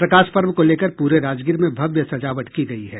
प्रकाश पर्व को लेकर प्रे राजगीर में भव्य सजावट की गयी है